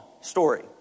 story